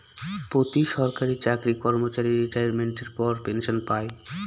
প্রতি সরকারি চাকরি কর্মচারী রিটাইরমেন্টের পর পেনসন পায়